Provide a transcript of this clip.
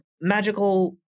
magical